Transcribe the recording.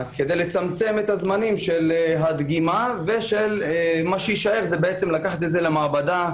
כדי לצמצם את זמני הדגימה ומה שיישאר זה לקחת את הבדיקה למעבדה,